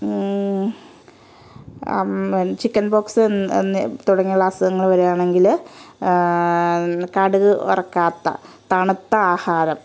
chickenpox എന്ന് തുടങ്ങിയുള്ള അസുഖങ്ങൾ വരുകയാണെങ്കിൽ കടുക് വറക്കാത്ത തണുത്ത ആഹാരം